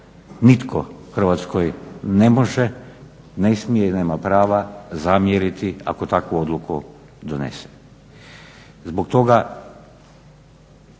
nitko Hrvatskoj ne može, ne smije i nema prava zamjeriti ako takvu odluku donese. Zbog toga